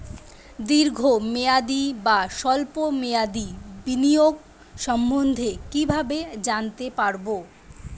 দীর্ঘ মেয়াদি বা স্বল্প মেয়াদি বিনিয়োগ সম্বন্ধে কীভাবে জানতে পারবো?